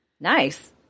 Nice